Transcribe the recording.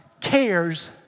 cares